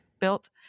built